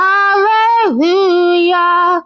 Hallelujah